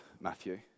Matthew